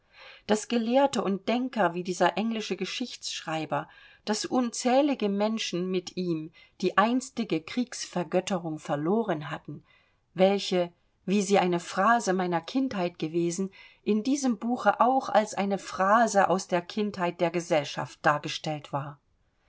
daß gelehrte und denker wie dieser englische geschichtsschreiber daß unzählige menschen mit ihm die einstige kriegsvergötterung verloren hatten welche wie sie eine phase meiner kindheit gewesen in diesem buche auch als eine phase aus der kindheit der gesellschaft dargestellt war